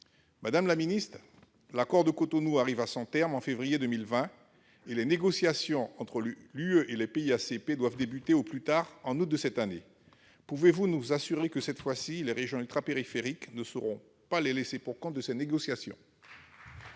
Madame la secrétaire d'État, l'accord de Cotonou arrive à son terme en février 2020 et les négociations entre l'UE et les pays ACP doivent commencer, au plus tard, en août de cette année. Pouvez-vous nous assurer que, cette fois, les régions ultrapériphériques ne seront pas les laissés-pour-compte de ces négociations ?